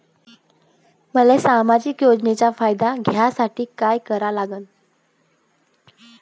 मले सामाजिक योजनेचा फायदा घ्यासाठी काय करा लागन?